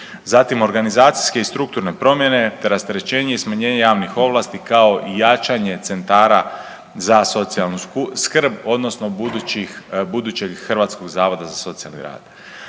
Zatim organizacijske i strukturne promjene te rasterećenje i smanjenje javnih ovlasti kao i jačanje centara za socijalnu skrb odnosno budućih, budućeg Hrvatskog zavoda za socijalni rad.